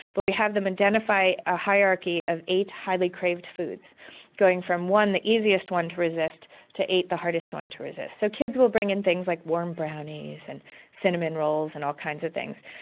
but we have them identify a hierarchy of eight highly craved foods going from one the easiest one to resist to eight the hardest one to resist. so kids will bring in things like warm brownies and cinnamon rolls and all kinds of things.